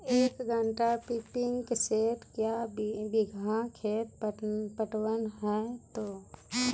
एक घंटा pumping set क्या बीघा खेत पटवन है तो?